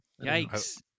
Yikes